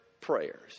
prayers